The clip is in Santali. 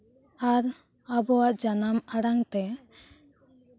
ᱟᱨ ᱟᱵᱚᱣᱟᱜ ᱡᱟᱱᱟᱢ ᱟᱲᱟᱝᱛᱮ